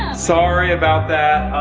sorry about that,